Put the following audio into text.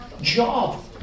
job